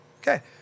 okay